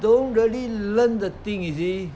don't really learn the thing you see